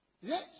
Yes